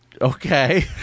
Okay